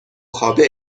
خوابه